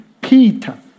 Peter